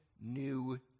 new